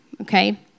okay